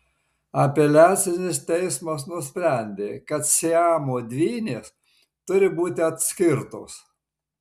apeliacinis teismas nusprendė kad siamo dvynės turi būti atskirtos